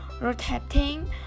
rotating